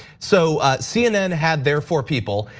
so cnn had their four people.